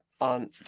on